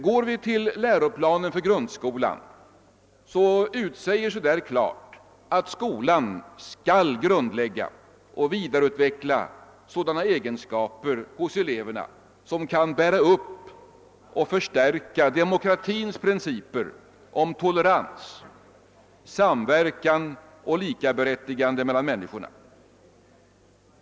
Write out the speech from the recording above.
Går vi till Läroplan för grundskolan 1969 finner vi att där klart utsägs att skolan skall grundlägga och vidareutveckla sådana egenskaper hos eleverna som kan bära upp och förstärka demo kratins principer om tolerans, samverkan och likaberättigande mellan människorna.